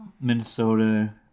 Minnesota